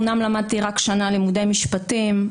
אומנם למדתי רק שנה לימודי משפטים,